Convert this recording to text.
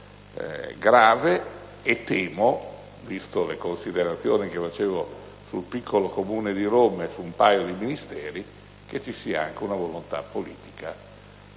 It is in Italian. grave, e temo, viste le considerazioni che facevo sul "piccolo" Comune di Roma e su un paio di Ministeri, che vi sia anche una volontà politica